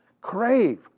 crave